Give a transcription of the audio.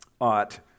ought